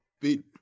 beat